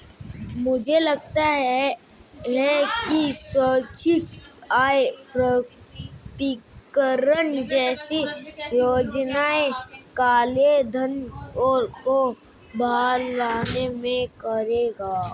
मुझे लगता है कि स्वैच्छिक आय प्रकटीकरण जैसी योजनाएं काले धन को बाहर लाने में कारगर हैं